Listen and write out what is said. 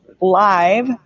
live